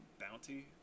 Bounty